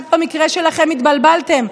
במקרה שלכם קצת התבלבלתם,